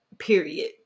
Period